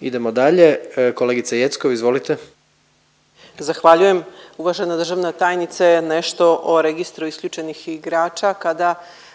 Idemo dalje, kolegice Jeckov, izvolite. **Jeckov, Dragana (SDSS)** Zahvaljujem. Uvažena državna tajnice nešto o registru isključenih igrača. Kada